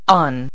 on